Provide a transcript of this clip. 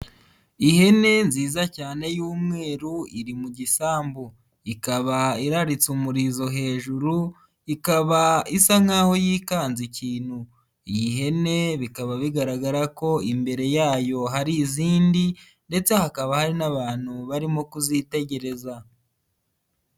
Ihene nziza cyane y'umweru, iri mu gisambu. Ikaba iraritse umurizo hejuru, ikaba isa nkaho yikanze ikintu. Iyi hene bikaba bigaragara ko imbere yayo hari izindi, ndetse hakaba hari n'abantu barimo kuzitegereza.